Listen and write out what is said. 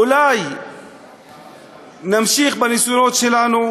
אולי נמשיך בניסיונות שלנו